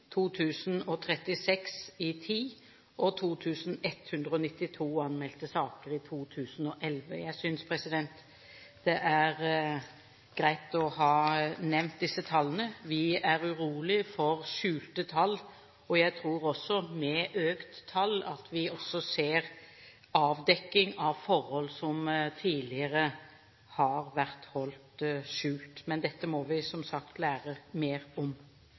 2036 i 2010 til 2192 anmeldte saker i 2011. Jeg synes det er greit å ha nevnt disse tallene. Vi er urolige for skjulte tall, og jeg tror at vi med økte tall også ser avdekking av forhold som tidligere har vært holdt skjult. Men dette må vi som sagt lære mer om.